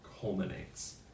culminates